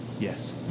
Yes